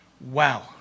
Wow